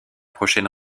prochaine